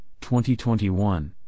2021